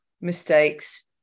mistakes